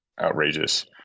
outrageous